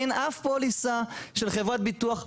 אין אף פוליסה של חברה ביטוח,